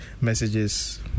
messages